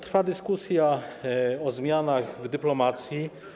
Trwa dyskusja o zmianach w dyplomacji.